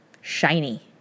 shiny